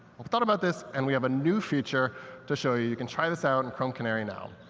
we've thought about this, and we have a new feature to show you. you can try this out in chrome canary now.